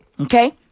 Okay